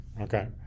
Okay